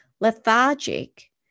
Lethargic